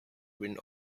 wind